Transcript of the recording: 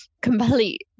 complete